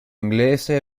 inglese